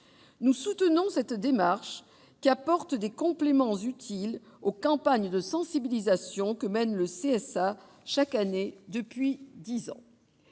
Nous soutenons cette démarche, qui apporte des compléments utiles aux campagnes de sensibilisation que mène le CSA, le Conseil supérieur